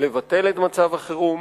לבטל את מצב החירום